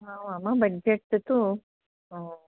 आमां बड्जेट् तु